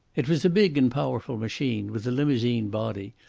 it was a big and powerful machine with a limousine body,